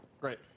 Great